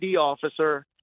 officer